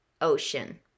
Ocean